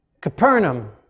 Capernaum